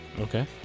Okay